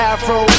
Afro